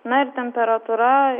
na ir temperatūra